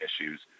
issues